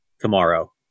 tomorrow